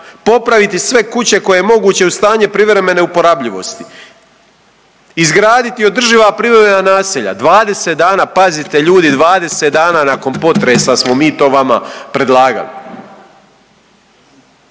Popraviti sve kuće koje je moguće u stanje privremene uporabljivosti. Izgraditi održiva privremena naselja. 20 dana, pazite ljudi 20 dana nakon potresa smo mi to vama predlagali